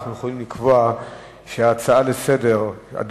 אנחנו יכולים לקבוע שההצעה לסדר-היום,